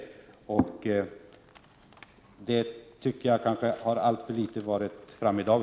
Jag tycker att detta saknas i dag.